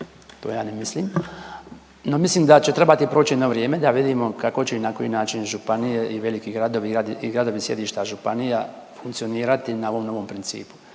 To ja ne mislim, no mislim da će trebati proći jedno vrijeme da vidimo kako će i na koji način županije i veliki gradovi i gradovi sjedišta županija funkcionirati na ovom novom principu.